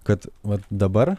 kad vat dabar